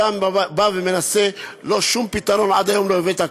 אתה לא בא ומנסה שום פתרון, עד היום לא הבאת.